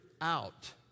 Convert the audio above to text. out